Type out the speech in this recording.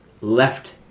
left